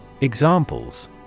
Examples